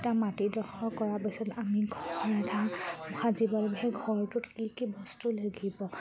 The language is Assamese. এতিয়া মাটিডোখৰ কৰাৰ পিছত আমি ঘৰ এটা সাজিব লাগিব সেই ঘৰটোত কি কি বস্তু লাগিব